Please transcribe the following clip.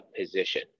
position